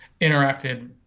Interacted